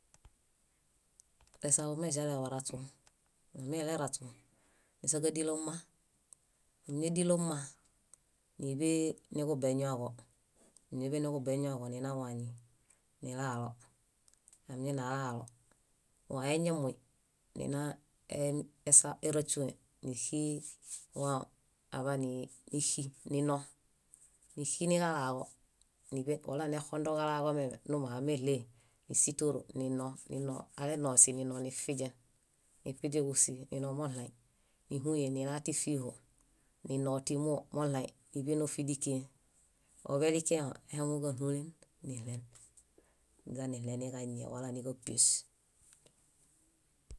Esaḃumeĵale baraśu. Amileraśu, nísakadilo mma, ámiñadilo mma níḃe niġubeñuwaġo, ninau wañinilalo. Amiñaini alalo wão eñamuy, nina éraśuenixi wão, aḃaan níxi, ninõ, níxi niġalaġo, níḃe wala nexondoġalaġo mem númuhameɭee nísitoro, nino, nino. Aleno, sinino, nifiźen, nífiźenġusii, ninomoɭãi. Níhuyen nila tífiiho, nino tímoo moɭãi níḃenofidikien. Oḃelikiẽho, áihaŋuġaɭulen niɭen, niźaniɭeniġañie wala níġapies.